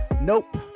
Nope